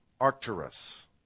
Arcturus